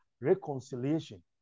reconciliation